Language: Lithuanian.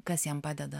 kas jam padeda